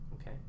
okay